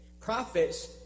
Prophets